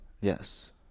Yes